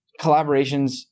Collaborations